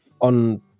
on